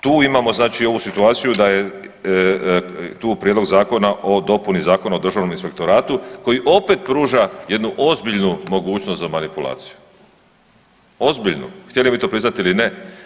Tu imamo znači ovu situaciju da je tu prijedlog zakona o dopuni Zakona o državnom inspektoratu koji opet pruža jednu ozbiljnu mogućnost za manipulaciju, ozbiljnu, htjeli vi to priznat ili ne.